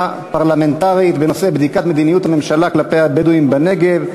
פרלמנטרית בנושא מדיניות הממשלה כלפי הבדואים בנגב,